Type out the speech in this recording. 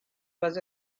was